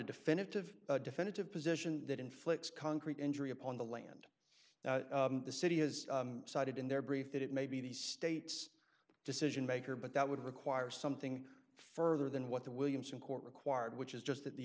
definitive definitive position that inflicts concrete injury upon the land the city has cited in their brief that it may be the state's decision maker but that would require something further than what the williamson court required which is just that the